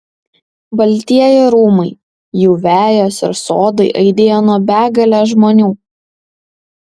baltieji rūmai jų vejos ir sodai aidėjo nuo begalės žmonių